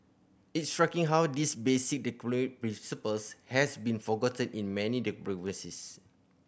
it's striking how this basic principles has been forgotten in many democracies